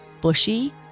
Bushy